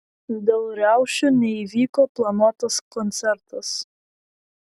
dėl riaušių neįvyko planuotas koncertas